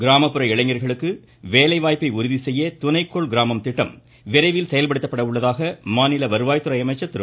கிராமப்புற இளைஞர்களுக்கு வேலைவாய்ப்பை உறுதிசெய்ய துணைக்கோள் கிராமம் திட்டம் விரைவில் செயல்படுத்தப்பட உள்ளதாக மாநில வருவாய் துறை அமைச்சர் திரு